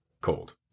cold